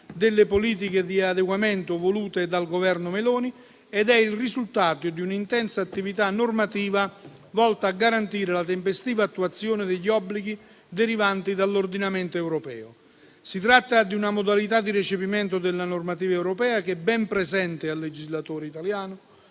delle politiche di adeguamento volute dal Governo Meloni ed è il risultato di un'intensa attività normativa volta a garantire la tempestiva attuazione degli obblighi derivanti dall'ordinamento europeo. Si tratta di una modalità di recepimento della normativa europea che è ben presente al legislatore italiano,